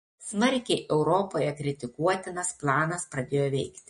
smarkiai europoje kritikuotinas planas pradėjo veikti